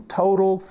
total